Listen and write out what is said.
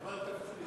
אבל תפסיד.